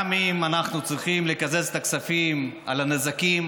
אנחנו צריכים לקזז גם את הכספים על הנזקים